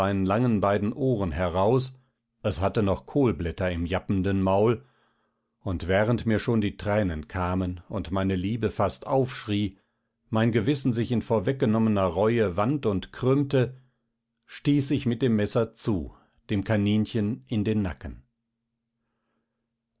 langen beiden ohren heraus es hatte noch kohlblätter im jappenden maul und während mir schon die tränen kamen und meine liebe fast aufschrie mein gewissen sich in vorweggenommener reue wand und krümmte stieß ich mit dem messer zu dem kaninchen in den nacken